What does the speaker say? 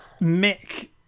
Mick